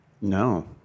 No